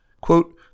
quote